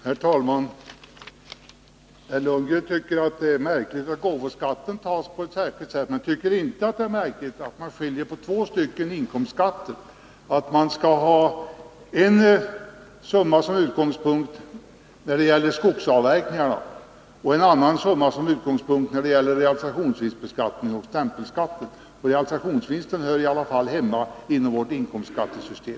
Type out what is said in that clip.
Herr talman! Bo Lundgren tycker att det är märkligt att gåvoskatten tas ut på ett särskilt sätt, men han tycker inte att det är märkligt att man skiljer på två olika inkomstskatter — att man skall ha en summa som utgångspunkt när det gäller skogsavverkning och en annan som utgångspunkt när det gäller realisationsvinstbeskattningen och stämpelskatten. Realisationsvinsten hör i alla fall hemma inom vårt inkomstskattesystem.